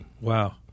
Wow